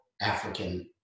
African